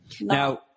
Now